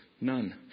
None